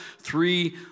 three